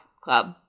club